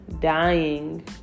dying